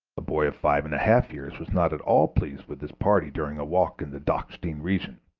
a boy of five and a half years was not at all pleased with his party during a walk in the dachstein region.